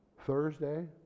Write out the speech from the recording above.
Thursday